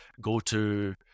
go-to